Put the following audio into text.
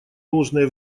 должное